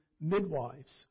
midwives